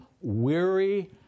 weary